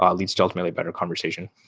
ah leads to ultimately a better conversation.